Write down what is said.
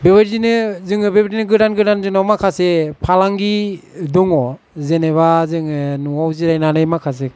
बेबायदिनो जोङो बेबायदिनो गोदान गोदान जोंनाव माखासे फालांगि दङ जेनेबा जोङो न'आव जिरायनानै माखासे